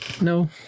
No